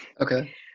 okay